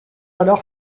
alors